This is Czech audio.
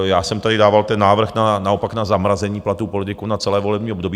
Já jsem tady dával ten návrh naopak na zmrazení platů politiků na celé volební období.